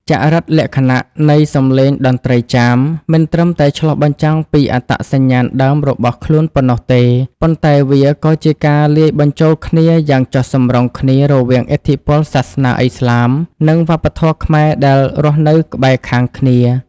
ចរិតលក្ខណៈនៃសម្លេងតន្ត្រីចាម មិនត្រឹមតែឆ្លុះបញ្ចាំងពីអត្តសញ្ញាណដើមរបស់ខ្លួនប៉ុណ្ណោះទេ ប៉ុន្តែវាក៏ជាការលាយបញ្ចូលគ្នាយ៉ាងចុះសម្រុងគ្នារវាងឥទ្ធិពលសាសនាឥស្លាម និងវប្បធម៌ខ្មែរដែលរស់នៅក្បែរខាងគ្នា។